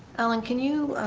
allen, can you